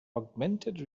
augmented